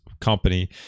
company